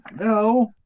No